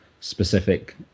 specific